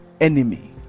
enemy